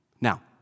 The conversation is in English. Now